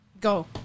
go